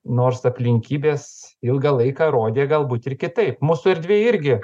nors aplinkybės ilgą laiką rodė galbūt ir kitaip mūsų erdvėj irgi